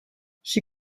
she